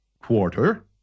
Quarter